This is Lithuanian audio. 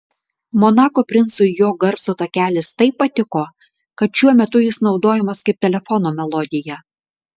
monako princui jo garso takelis taip patiko kad šiuo metu jis naudojamas kaip telefono melodija